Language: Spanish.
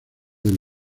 del